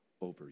over